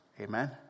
Amen